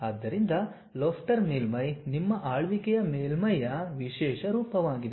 ಆದ್ದರಿಂದ ಲೋಫ್ಟರ್ ಮೇಲ್ಮೈ ನಿಮ್ಮ ಆಳ್ವಿಕೆಯ ಮೇಲ್ಮೈಯ ವಿಶೇಷ ರೂಪವಾಗಿದೆ